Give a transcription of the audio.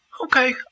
Okay